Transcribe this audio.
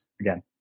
again